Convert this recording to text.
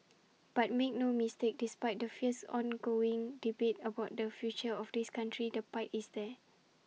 but make no mistake despite the fierce ongoing debate about the future of this country the pride is there